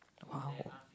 !wow!